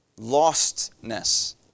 lostness